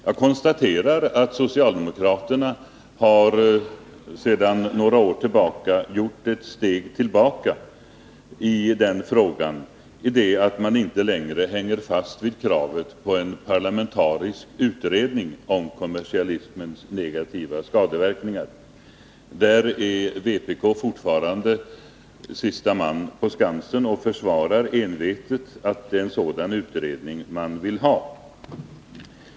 Jag konstaterar att socialdemokraterna sedan några år har tagit ett steg tillbaka i denna fråga, i det att de inte längre hänger fast vid kravet på en parlamentarisk utredning om kommersialismens negativa verkningar. Där är vpk fortfarande sista man på skansen och försvarar envetet kravet på en sådan utredning.